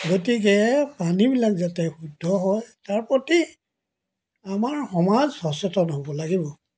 গতিকে পানীবিলাক যাতে শুদ্ধ হয় তাৰ প্ৰতি আমাৰ সমাজ সচেতন হ'ব লাগিব